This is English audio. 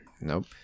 Nope